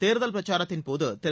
தேர்தல் பிரச்சாரத்தின் போது திரு